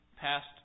past